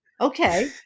okay